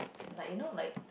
like you know like